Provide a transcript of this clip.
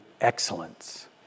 excellence